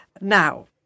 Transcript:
Now